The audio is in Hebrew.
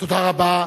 תודה רבה.